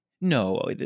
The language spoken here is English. No